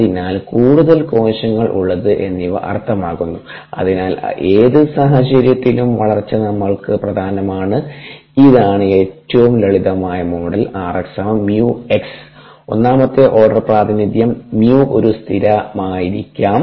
അതിനാൽ കൂടുതൽ കോശങ്ങൾ ഉള്ളത് എന്നിവ അർത്ഥമാക്കുന്നു അതിനാൽ ഏത് സാഹചര്യത്തിലും വളർച്ച നമ്മൾക്ക് പ്രധാനമാണ് ഇതാണ് ഏറ്റവും ലളിതമായ മോഡൽ 𝑟𝑥 𝜇 𝑥 ഒന്നാമത്തെ ഓർഡർ പ്രാതിനിധ്യം 𝜇 ഒരു സ്ഥിരമായിരിക്കാം